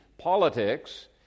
politics